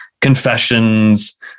confessions